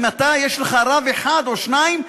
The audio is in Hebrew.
אם יש לך רב אחד או שניים,